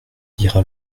dira